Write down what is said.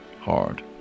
hard